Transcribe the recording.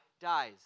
dies